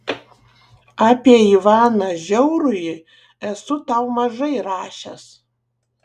apie ivaną žiaurųjį esu tau mažai rašęs